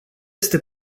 este